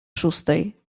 szóstej